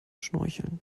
schnorcheln